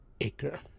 Acre